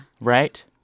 Right